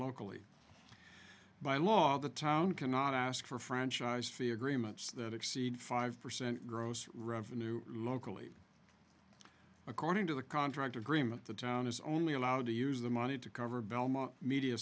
locally by law the town cannot ask for franchise fee agreements that exceed five percent gross revenue locally according to the contract agreement the town is only allowed to use the money to cover belmont media